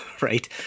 right